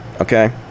okay